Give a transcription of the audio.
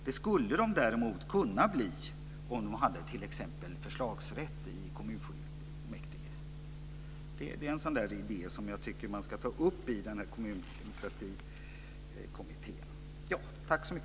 Det skulle de kunna bli om de hade t.ex. förslagsrätt i kommunfullmäktige. Det är en idé som jag tycker att Kommundemokratikommittén borde ta upp.